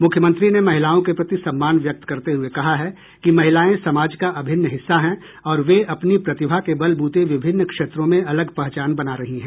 मुख्यमंत्री ने महिलाओं के प्रति सम्मान व्यक्त करते हुये कहा है कि महिलायें समाज का अभिन्न हिस्सा हैं और वे अपनी प्रतिभा के बलबूते विभिन्न क्षेत्रों में अलग पहचान बना रही हैं